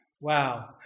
Wow